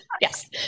yes